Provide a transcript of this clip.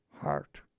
Heart